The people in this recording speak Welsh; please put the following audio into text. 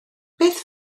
beth